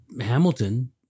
Hamilton